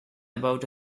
about